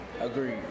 Agreed